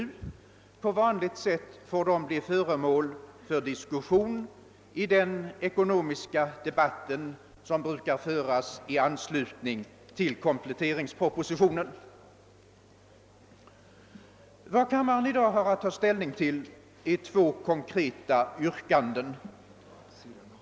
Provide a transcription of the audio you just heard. De får på vanligt sätt bli föremål för diskussion i den ekonomiska debatt som brukar föras i anslutning till kompletteringspropositionen. Vad kammaren i dag har att ta ställning till är två konkreta yrkanden.